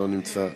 לא נמצא,